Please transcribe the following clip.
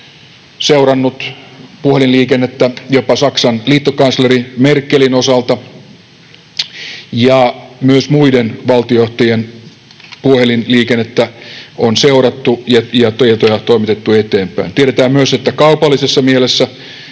seurannut puhelinliikennettä jopa Saksan liittokansleri Merkelin osalta ja myös muiden valtiojohtajien puhelinliikennettä on seurattu ja tietoja toimitettu eteenpäin. Tiedetään myös, että kaupallisessa mielessä